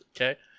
Okay